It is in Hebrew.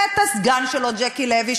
והסגן שלו ז'קי לוי,